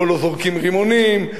פה לא זורקים רימונים,